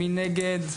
מי נגד?